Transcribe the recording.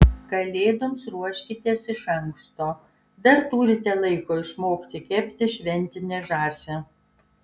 kalėdoms ruoškitės iš anksto dar turite laiko išmokti kepti šventinę žąsį